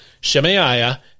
Shemaiah